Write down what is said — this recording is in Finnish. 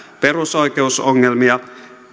perusoikeusongelmia